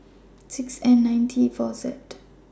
six N nine T four Z